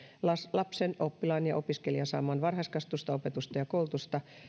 lapsen oppilaan tai opiskelijan saamaa varhaiskasvatusta opetusta koulutusta ja